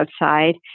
outside